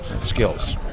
skills